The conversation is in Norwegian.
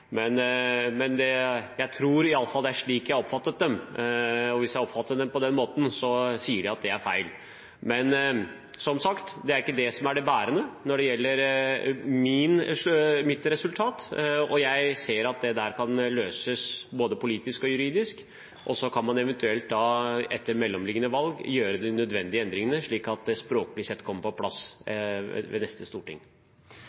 Jeg tror iallfall det er slik jeg har oppfattet dem, og hvis jeg har oppfattet dem på riktig måte, sier de at det er feil. Men som sagt: Det er ikke det som er det bærende når det gjelder mitt resultat, og jeg ser at dette kan løses både politisk og juridisk. Så kan man eventuelt etter mellomliggende valg gjøre de nødvendige endringene, slik at det språklig sett kommer på plass